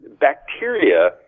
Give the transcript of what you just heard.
bacteria